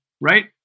right